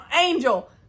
angel